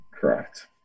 Correct